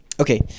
Okay